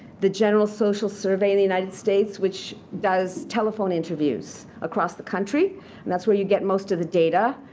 the general social survey the united states which does telephone interviews across the country and that's where you get most of the data